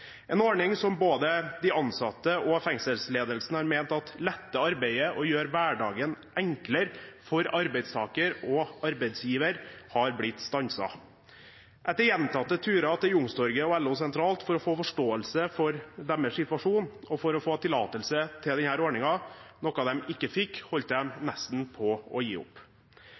En ordning som både de ansatte og fengselsledelsen har ment letter arbeidet og gjør hverdagen enklere for arbeidstaker og arbeidsgiver, har blitt stanset. Etter gjentatte turer til Youngstorget og LO sentralt for å få forståelse for sin situasjon og for å få tillatelse til denne ordningen – noe de ikke fikk – holdt